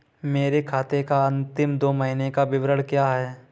मेरे खाते का अंतिम दो महीने का विवरण क्या है?